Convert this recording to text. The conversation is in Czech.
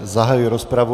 Zahajuji rozpravu.